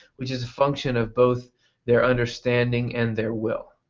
which is a function of both their understanding and their will.